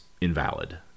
invalid